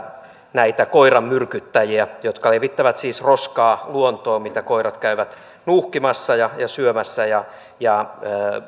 näitä koiranmyrkyttäjiä jotka levittävät siis luontoon roskaa mitä koirat käyvät nuuhkimassa ja syömässä rankaistaisiin